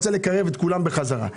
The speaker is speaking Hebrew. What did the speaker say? לקרב את כולם בחזרה.